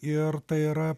ir tai yra